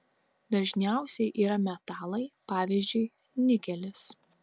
dažniausiai yra metalai pavyzdžiui nikelis